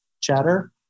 chatter